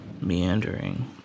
meandering